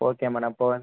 okay madam இப்போது